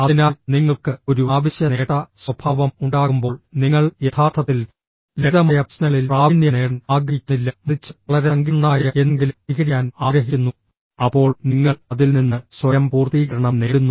അതിനാൽ നിങ്ങൾക്ക് ഒരു ആവശ്യ നേട്ട സ്വഭാവം ഉണ്ടാകുമ്പോൾ നിങ്ങൾ യഥാർത്ഥത്തിൽ ലളിതമായ പ്രശ്നങ്ങളിൽ പ്രാവീണ്യം നേടാൻ ആഗ്രഹിക്കുന്നില്ല മറിച്ച് വളരെ സങ്കീർണ്ണമായ എന്തെങ്കിലും പരിഹരിക്കാൻ ആഗ്രഹിക്കുന്നു അപ്പോൾ നിങ്ങൾ അതിൽ നിന്ന് സ്വയം പൂർത്തീകരണം നേടുന്നു